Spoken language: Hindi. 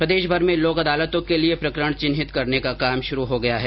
प्रदेशभर में लोक अदालतों के लिए प्रकरण चिन्हित करने का काम शुरू हो गया है